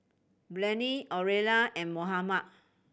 Blane Aurilla and Mohammed